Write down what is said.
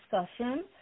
discussion